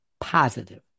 positive